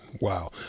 Wow